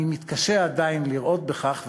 אני מתקשה עדיין לראות בכך,